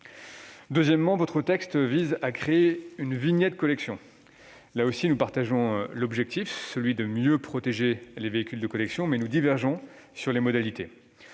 Deuxièmement, votre texte vise à créer une « vignette » collection. Là encore, nous approuvons l'idée de mieux protéger les véhicules de collection, mais nous divergeons sur les modalités